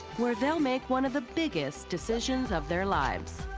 where they'll make one of the biggest decisions of their lives.